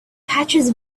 patches